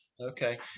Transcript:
okay